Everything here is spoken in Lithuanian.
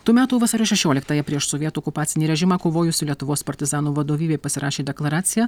tų metų vasario šešioliktąją prieš sovietų okupacinį režimą kovojusių lietuvos partizanų vadovybė pasirašė deklaraciją